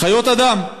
חיות אדם,